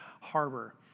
harbor